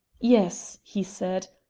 yes, he said,